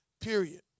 period